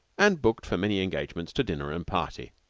and booked for many engagements to dinner and party.